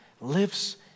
lives